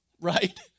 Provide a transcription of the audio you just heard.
right